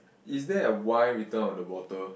is that a wine written on the bottle